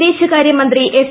വിദേശകാര്യ മന്ത്രി എസ്